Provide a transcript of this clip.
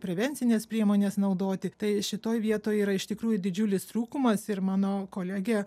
prevencines priemones naudoti tai šitoj vietoj yra iš tikrųjų didžiulis trūkumas ir mano kolegė